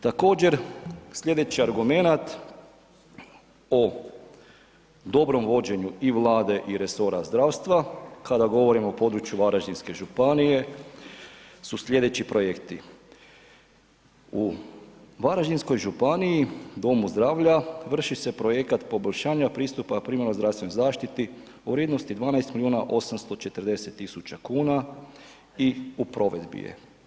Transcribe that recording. Također slijedeći argumenat o dobrom vođenju i Vlade i resora zdravstva kada govorimo o području Varaždinske županije su slijedeći projekti, u Varaždinskoj županiji, domu zdravlja, vrši se projekat poboljšanja pristupa primarnoj zdravstvenoj zaštiti u vrijednosti 12 milijuna 840 tisuća kuna i u provedbi je.